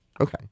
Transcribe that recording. Okay